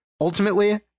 Ultimately